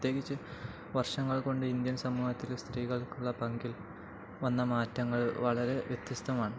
പ്രയേകിച്ച് വർഷങ്ങൾ കൊണ്ട് ഇന്ത്യൻ സമൂഹത്തില് സ്ത്രീകൾക്കുള്ള പങ്കിൽ വന്ന മാറ്റങ്ങൾ വളരെ വ്യത്യസ്തമാണ്